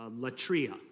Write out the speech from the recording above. Latria